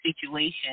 situation